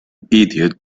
idiot